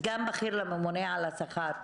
סגן בכיר לממונה על השכר.